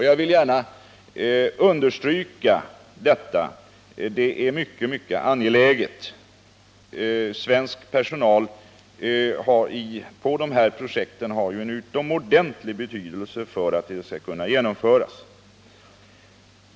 Jag vill gärna understryka att detta är oerhört angeläget. Svensk personal som arbetar i sådana här projekt har ju en utomordentligt stor betydelse för möjligheterna att genomföra dem.